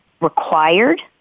required